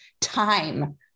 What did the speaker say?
time